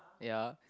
ya